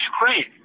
Ukraine